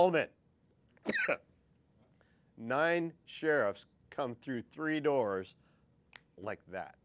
all that nine sheriffs come through three doors like that